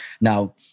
Now